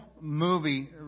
movie